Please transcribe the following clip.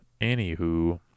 anywho